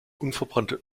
unverbrannte